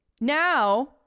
now